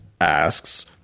asks